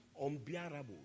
unbearable